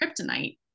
kryptonite